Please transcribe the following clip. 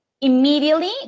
immediately